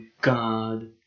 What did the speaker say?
God